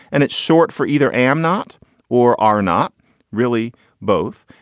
and it's short for either amnot or are not really both.